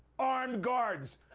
armed guards.